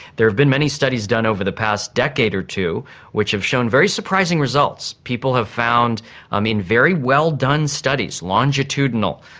there have been many studies done over the past decade or two which have shown very surprising results. people have found um in very well done studies, longitudinal,